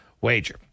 Wager